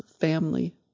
family